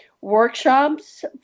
workshops